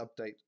update